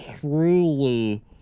truly